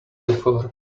before